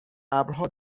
ابرها